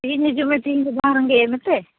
ᱛᱮᱦᱮᱧ ᱦᱤᱡᱩᱜ ᱢᱮ ᱛᱮᱦᱮᱧ ᱫᱚ ᱵᱟᱝ ᱨᱮᱸᱜᱮᱡ ᱮᱫ ᱢᱮᱛᱮ